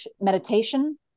meditation